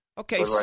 Okay